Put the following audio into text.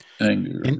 anger